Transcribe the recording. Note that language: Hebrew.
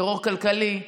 טרור כלכלי,